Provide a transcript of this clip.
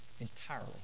entirely